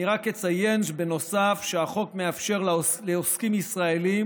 אני רק אציין בנוסף שהחוק מאפשר לעוסקים ישראלים